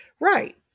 Right